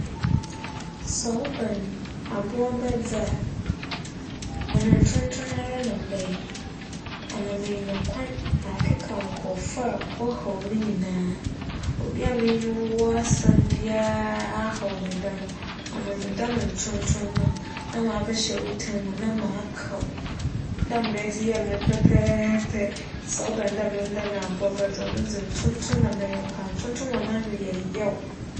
Sɛ ͻba no abowaba dze a, ͻno ntonton ara na mebɛyɛ ama meenya kwan akeka nkorͻfo a wͻhaw me nyinara. Obi a menye wo wͻ asɛm biara ahaw me da no, ͻno medan ntonton no a, nna m'abɛhyɛ wo tam mu m'akaw dɛ mbrɛ edze yɛ me pɛpɛɛpɛ sɛ ͻba no dɛ mendan abowaba dze a, ͻno ntonton na mebɛyɛ paa ntonton hͻn ano yɛ yaw.